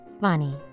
funny